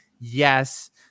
yes